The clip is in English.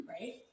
Right